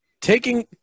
taking